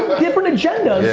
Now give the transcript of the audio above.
different agendas.